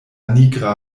nigra